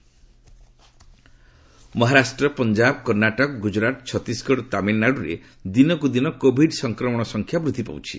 Covid cases Maharashtra Punjab Karnataka Gujarat Chhattisgarh ଓ ତାମିଲନାଡ଼ରେ ଦିନକୁ ଦିନ କୋଭିଡ୍ ସଂକ୍ମଣ ସଂଖ୍ୟା ବୃଦ୍ଧି ପାଉଛି